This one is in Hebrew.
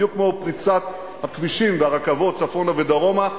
בדיוק כמו פריצת הכבישים והרכבות צפונה ודרומה.